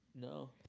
No